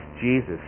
Jesus